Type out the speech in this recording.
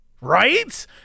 Right